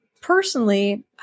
personally